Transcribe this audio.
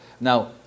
Now